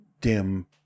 dim